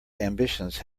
ambitions